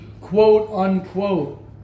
quote-unquote